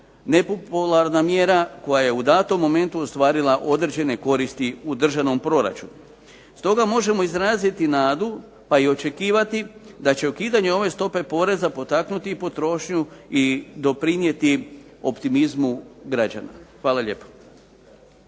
nepopularna mjera koja je u datom momentu ostvarila određene koristi u državnom proračunu. Stoga možemo izraziti nadu pa i očekivati da će ukidanje ove stope poreza potaknuti potrošnju i doprinijeti optimizmu građana. Hvala lijepo.